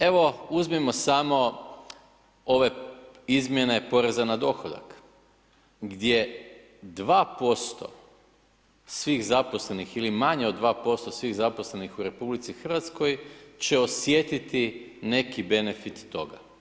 Evo, uzmimo samo ove izmjene poreza na dohodak gdje 2% svih zaposlenih ili manje od 2% svih zaposlenih u RH će osjetiti neki benefit toga.